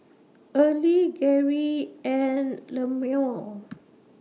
Early Geri and Lemuel